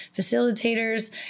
facilitators